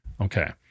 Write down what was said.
Okay